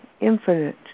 infinite